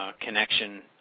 connection